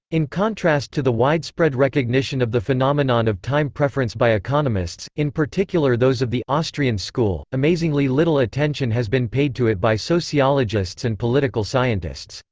in contrast to the widespread recognition of the phenomenon of time preference by economists, in particular those of the austrian school, amazingly little attention has been paid to it by sociologists and political scientists.